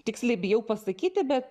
tiksliai bijau pasakyti bet